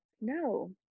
No